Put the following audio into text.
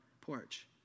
porch